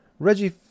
reggie